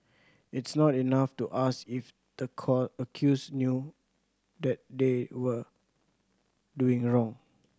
it's not enough to ask if the accused knew that they were doing wrong